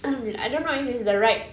alhamdulillah I don't know if it's the right